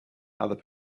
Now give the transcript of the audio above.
other